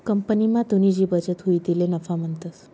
कंपनीमा तुनी जी बचत हुई तिले नफा म्हणतंस